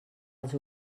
als